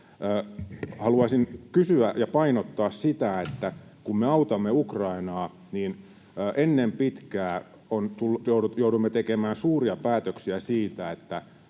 Haluaisin kysyä ja painottaa sitä, että kun me autamme Ukrainaa, niin ennen pitkää joudumme tekemään suuria päätöksiä siitä, että